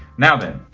now then,